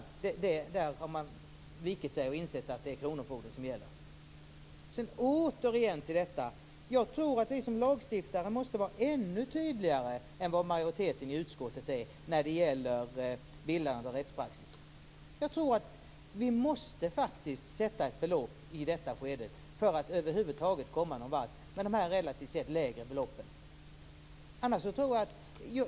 Där har man vikit sig och insett att det är kronofogden som gäller. Jag tror att vi som lagstiftare måste vara ännu tydligare än vad majoriteten i utskottet är när det gäller bildandet av rättspraxis. Vi måste faktiskt sätta ett belopp i detta skede för att över huvud taget komma någonvart med dessa relativt sett låga belopp.